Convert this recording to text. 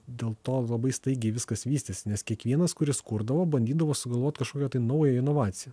dėl to labai staigiai viskas vystėsi nes kiekvienas kuris kurdavo bandydavo sugalvot kažkokią tai naują inovaciją